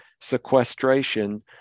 sequestration